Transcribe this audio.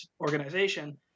organization